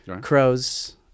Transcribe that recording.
crows